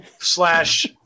slash